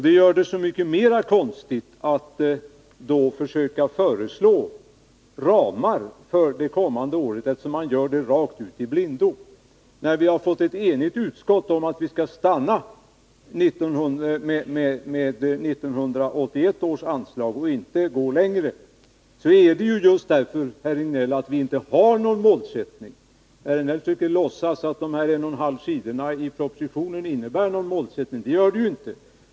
Det gör det så mycket mera konstigt att försöka föreslå ramar för de kommande åren, eftersom man då gör det i blindo. När vi har fått enighet i utskottet om att vi skall stanna vid 1981 års anslag och inte gå längre, är det, herr Rejdnell, just därför att vi inte har någon målsättning. Herr Rejdnell försöker låtsas att de en och en halv sidorna i propositionen innebär någon målsättning, men det gör de ju inte.